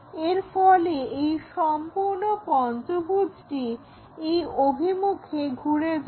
এর ফলে এই সম্পূর্ণ পঞ্চভুজটি এই অভিমুখে ঘুরে যাবে